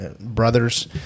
brothers